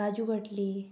काजू कटली